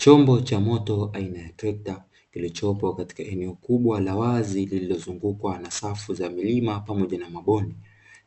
Chombo cha moto aina ya trekta kilichopo katika eneo kubwa la wazi lililozungukwa na safu za milima pamoja na mabonde,